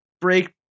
break